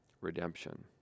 redemption